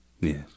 Yes